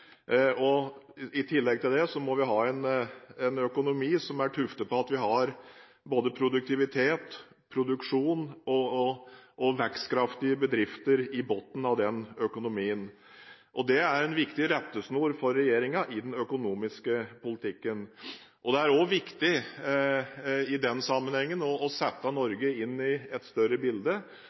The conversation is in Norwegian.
I tillegg må vi ha en økonomi som er tuftet på at vi har både produktivitet, produksjon og vekstkraftige bedrifter i bunnen. Det er en viktig rettesnor for regjeringen i den økonomiske politikken. Det er i den sammenheng også viktig å sette Norge inn i et større bilde.